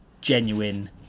genuine